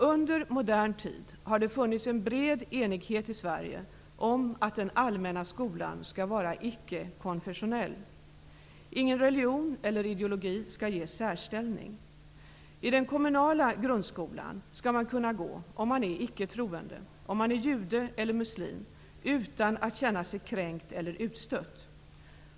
Under modern tid har det funnits en bred enighet i Sverige om att den allmänna skolan skall vara icke-konfessionell. Ingen religion eller ideologi skall ges särställning. I den kommunala grundskolan skall man kunna gå vare sig man är icke-troende, jude eller muslim, utan att känna sig kränkt eller utstött.